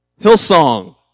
Hillsong